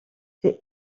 ses